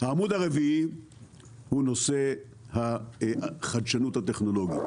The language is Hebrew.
העמוד הרביעי הוא נושא החדשנות הטכנולוגית.